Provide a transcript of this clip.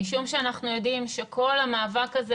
משום שאנחנו יודעים שכל המאבק הזה,